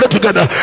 together